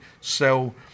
sell